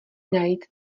najít